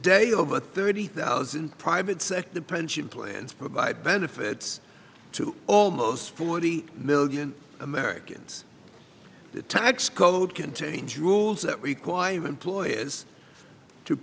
day over thirty thousand private sector pension plans provide benefits to almost forty million americans the tax code contains rules that require employers to